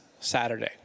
Saturday